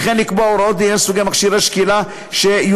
וכן לקבוע הוראות לעניין סוגי מכשירי שקילה שיוצבו.